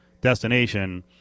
destination